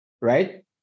right